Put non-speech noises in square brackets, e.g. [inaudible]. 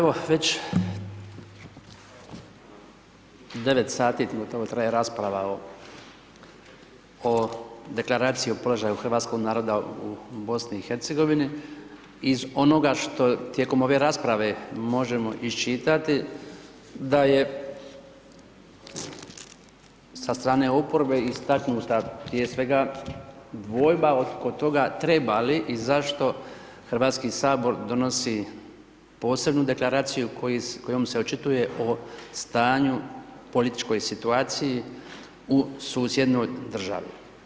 Već 9 sati, koliko traje rasprava o deklaraciji o položaju hrvatskoga naroda u BIH iz onoga što tijekom ove rasprave, možemo iščitati, da je sa strane oporbe i … [unintelligible] prije svega dvojba oko toga treba li i zašto Hrvatski sabor donosi posebnu deklaraciju kojom se očituje o stanju o političku situaciji u susjednoj državi.